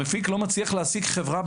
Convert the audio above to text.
המפיק לא מצליח להשיג חברה,